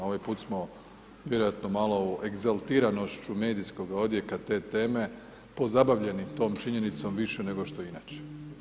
Ovaj put smo vjerojatno malo u egzaltiranošću medijskog odjeka te teme pozabavljeni tom činjenicom više nego što inače.